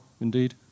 indeed